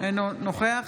אינו נוכח